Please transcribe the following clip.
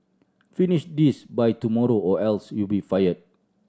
finish this by tomorrow or else you'll be fired